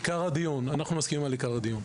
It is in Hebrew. עיקר הדיון, אנחנו מסכימים על עיקר הדיון.